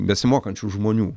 besimokančių žmonių